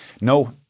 No